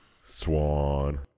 Swan